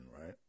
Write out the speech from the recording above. right